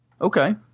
Okay